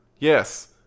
Yes